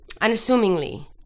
unassumingly